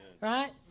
Right